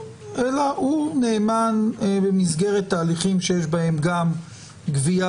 הוא נאמן במסגרת ההליכים שיש בהם גם גבייה